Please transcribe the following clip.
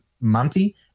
monty